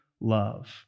love